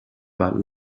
about